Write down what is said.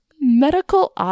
Medical